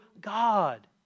God